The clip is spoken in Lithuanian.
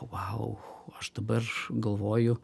vau aš dabar galvoju